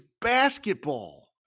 basketball